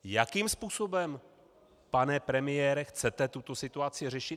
Jakým způsobem, pane premiére, chcete tuto situaci řešit?